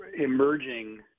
emerging